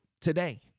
today